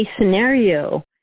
scenario